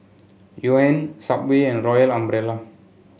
Johan Subway and Royal Umbrella